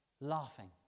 laughing